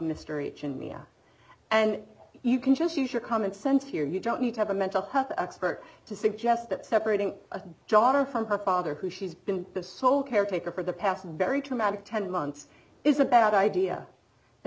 mystery media and you can just use your common sense here you don't need to have a mental health expert to suggest that separating a jato from her father who she's been the sole caretaker for the past very traumatic ten months is a bad idea a